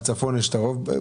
קצת.